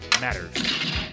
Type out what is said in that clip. matters